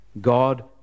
God